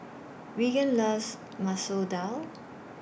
Reagan loves Masoor Dal